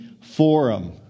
forum